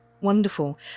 wonderful